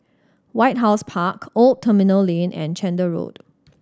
White House Park Old Terminal Lane and Chander Road